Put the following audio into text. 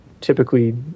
typically